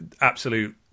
absolute